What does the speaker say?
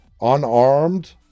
unarmed